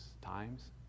times